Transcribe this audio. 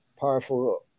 powerful